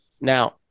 Now